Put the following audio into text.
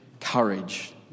courage